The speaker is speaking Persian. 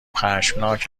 خشمناک